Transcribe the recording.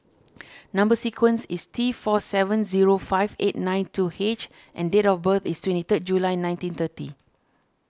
Number Sequence is T four seven zero five eight nine two H and date of birth is twenty third July nineteen thirty